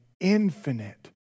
infinite